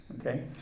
okay